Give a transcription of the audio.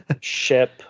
ship